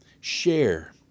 share